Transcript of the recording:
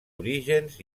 orígens